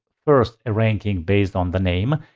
first a ranking based on the name,